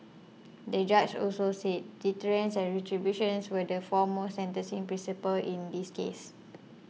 the judge also said deterrence and retributions were the foremost sentencing principles in this case